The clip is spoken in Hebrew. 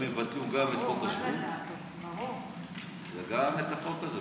הם יבטלו גם את חוק השבות וגם את החוק הזה,